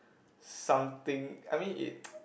something I mean it